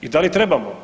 I da li trebamo?